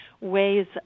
ways